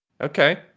Okay